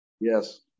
Yes